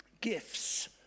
Gifts